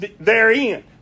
therein